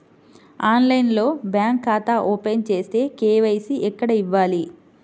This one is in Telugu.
ఆన్లైన్లో బ్యాంకు ఖాతా ఓపెన్ చేస్తే, కే.వై.సి ఎక్కడ ఇవ్వాలి?